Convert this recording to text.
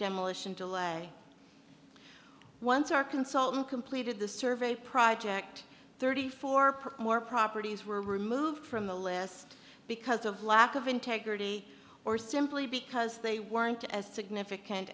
demolition to lay once our consultant completed the survey project thirty four percent more properties were removed from the list because of lack of integrity or simply because they weren't as significant